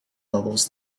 levels